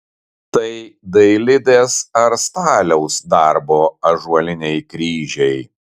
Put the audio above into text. tai dailidės ar staliaus darbo ąžuoliniai kryžiai